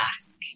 ask